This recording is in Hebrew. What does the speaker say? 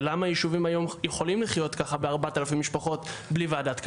ולמה הישובים היום יכולים לחיות ככה ב-4,000 נפשות בלי ועדת קבלה?